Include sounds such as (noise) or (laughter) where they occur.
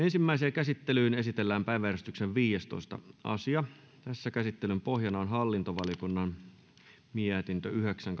(unintelligible) ensimmäiseen käsittelyyn esitellään päiväjärjestyksen viidestoista asia käsittelyn pohjana on hallintovaliokunnan mietintö yhdeksän (unintelligible)